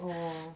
oh